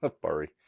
Sorry